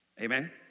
Amen